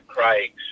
Craig's